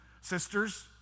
sisters